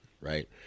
Right